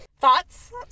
Thoughts